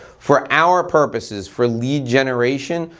for our purposes, for lead generation,